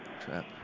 Trap